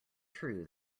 true